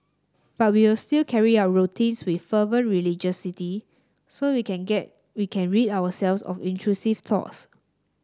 but we will still carry out routines with fervent religiosity so we can get we can rid ourselves of intrusive thoughts